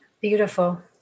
Beautiful